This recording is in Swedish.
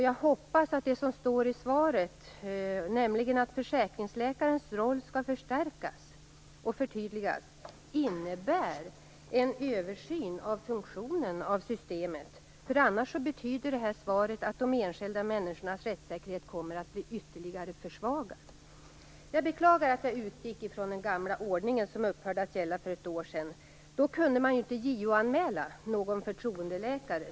Jag hoppas att det som står i svaret, nämligen att försäkringsläkarens roll skall förstärkas och förtydligas, innebär en översyn av funktionen av systemet. Annars betyder svaret att de enskilda människornas rättssäkerhet kommer att bli ytterligare försvagad. Jag beklagar att jag utgick från den gamla ordningen som upphörde att gälla för ett år sedan. Då kunde man inte JO-anmäla en förtroendeläkare.